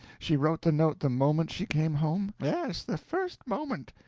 she wrote the note the moment she came home? yes the first moment.